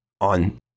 on